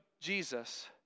Jesus